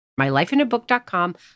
MyLifeInABook.com